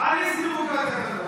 אני חייב להגיד לך,